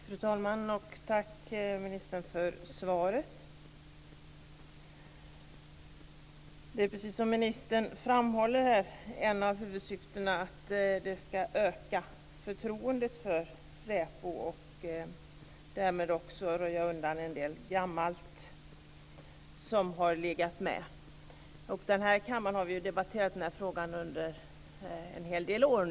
Fru talman! Tack för svaret, ministern! Precis som ministern framhåller är ett av huvudsyftena att man ska öka förtroendet för SÄPO och därmed också röja undan en del gammalt som har funnits. I den här kammaren har vi debatterat den här frågan under en hel del år.